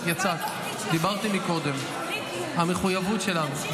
אז מה התוכנית שלכם?